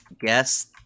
guess